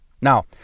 Now